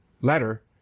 Letter